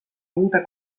uude